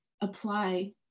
Apply